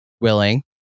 willing